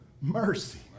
Mercy